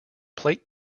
plate